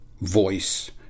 voice